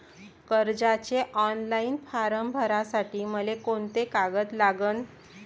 कर्जाचे online form भरासाठी मले कोंते कागद लागन?